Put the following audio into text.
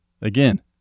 Again